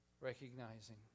recognizing